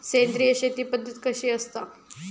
सेंद्रिय शेती पद्धत कशी असता?